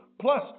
Plus